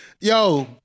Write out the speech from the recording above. yo